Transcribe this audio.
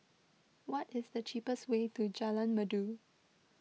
what is the cheapest way to Jalan Merdu